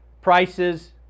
prices